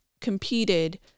competed